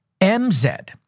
MZ